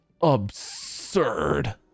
absurd